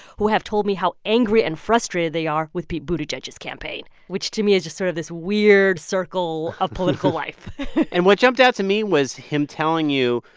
who have told me how angry and frustrated they are with pete buttigieg's campaign, which to me is just sort of this weird circle of political life and what jumped out to me was him telling you,